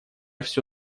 все